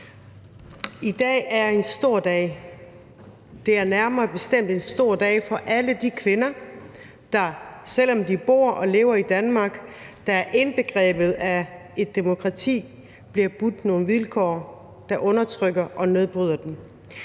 I dag er en stor dag. Det er nærmere bestemt en stor dag for alle de kvinder, som, selv om de bor og lever i Danmark, der er indbegrebet af et demokrati, bliver budt nogle vilkår, der undertrykker og nedbryder dem.